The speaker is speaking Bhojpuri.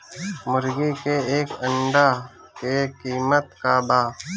मुर्गी के एक अंडा के कीमत का बा?